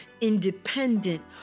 independent